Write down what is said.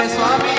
Swami